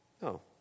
No